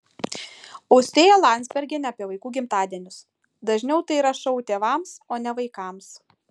austėja landsbergienė apie vaikų gimtadienius dažniau tai yra šou tėvams o ne vaikams